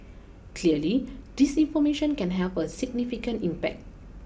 clearly disinformation can have a significant impact